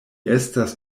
estas